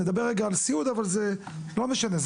נדבר רגע על סיעוד אבל זה לא משנה,